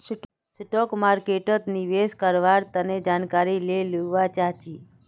stock मार्केटोत निवेश कारवार तने जानकारी ले लुआ चाछी